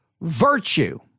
virtue